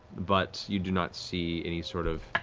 but you do not see any sort of